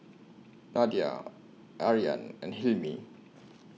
Nadia Aryan and Hilmi